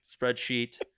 spreadsheet